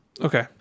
Okay